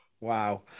Wow